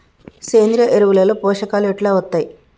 సేంద్రీయ ఎరువుల లో పోషకాలు ఎట్లా వత్తయ్?